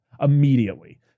immediately